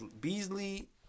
Beasley